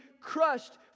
crushed